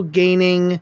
gaining